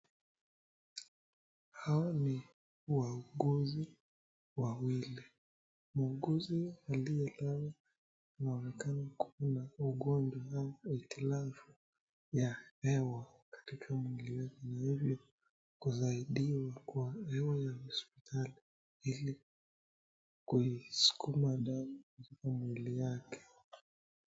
Hawa ni wauguzi wawili. Muuguzi aliyelala anaonekana kuwa na ugonjwa na glavu ya hewa katika mwili wake. Ina vivyo kusaidiwa kwa hewa ya hospitali ili kuisukuma damu katika mwili yake.